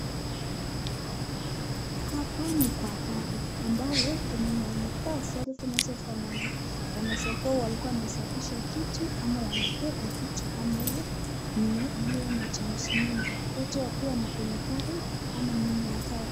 Hapa ni kwa gari ambalo kuna wenye wamevaa sare zinazofanana. wanaeza kuwa walikuwa wanasafisha kitu ama wanabeba vitu ambayo ni iliyo na germs mingi wate wakiwa na kwenye gari ama nyuma ya gari.